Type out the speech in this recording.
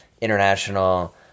international